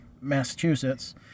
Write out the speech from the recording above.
Massachusetts